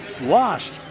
lost